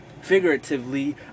Figuratively